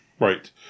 Right